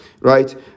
Right